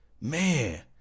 man